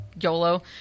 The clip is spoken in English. yolo